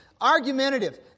argumentative